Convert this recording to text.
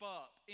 up